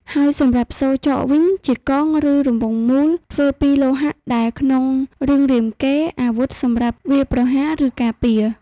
ហើយសម្រាប់សូរចកវិញជា កងឬរង្វង់មូល ធ្វើពីលោហៈ ដែលក្នុងក្នុងរឿងរាមកេរ្តិ៍ អាវុធសម្រាប់វាយប្រហារ ឬការពារ